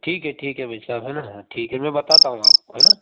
ठीक है ठीक है भाई साहब है ना मैं बताता हूँ आपको है ना